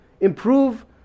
improve